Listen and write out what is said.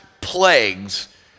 plagues